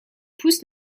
pousse